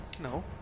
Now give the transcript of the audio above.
No